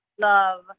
love